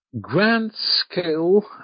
grand-scale